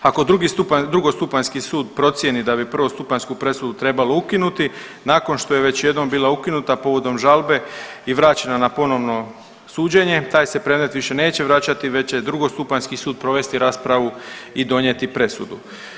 Ako drugi stupanj, drugostupanjski sud procijeni da bi prvostupanjsku presudu trebalo ukinuti nakon što je već jednom bila ukinuta povodom žalbe i vraćena na ponovno suđenje taj se predmet više neće vraćati već će drugostupanjski sud provesti raspravu i donijeti presudu.